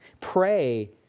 Pray